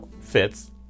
fits